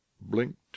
blinked